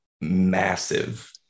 massive